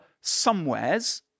somewheres